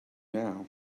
now